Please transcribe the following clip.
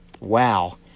Wow